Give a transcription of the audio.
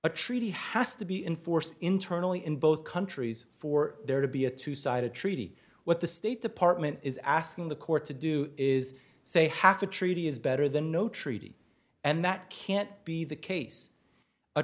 a treaty has to be in force internally in both countries for there to be a two sided treaty what the state department is asking the court to do is say half a treaty is better than no treaty and that can't be the case a